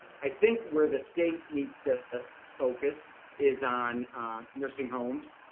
i think where the state needs to focus is on nursing homes,